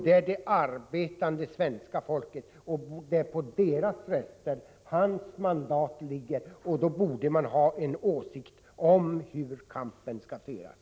Det är det arbetande svenska folket, och det är på dess röster hans mandat vilar. Då borde han ha en åsikt om hur kampen skall föras.